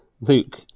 Luke